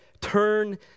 turn